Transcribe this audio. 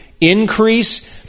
increase